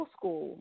school